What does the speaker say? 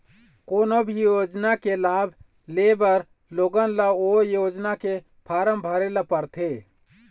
कोनो भी योजना के लाभ लेबर लोगन ल ओ योजना के फारम भरे ल परथे